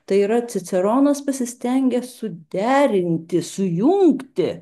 tai yra ciceronas pasistengia suderinti sujungti